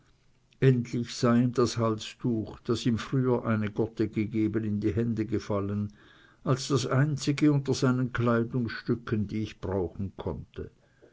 endlich sei ihm das halstuch das ihm früher eine gotte gegeben in die hände gefallen als das einzige unter seinen kleidungsstücken das ich brauchen konnte